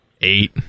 Eight